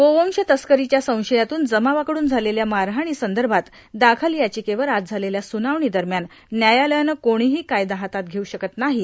गोवंश तस्करीच्या संशयातून जमावा कडून झालेल्या मारहाणीसंदर्भात दाखल याविकेवर आज झालेल्या सुनावणी दरम्यान न्यायालयानं कोणीही कायदा हातात घेऊ शक्त नाहीत